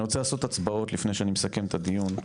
אני רוצה לעשות הצבעה לפני שאני מסכם את הדיון.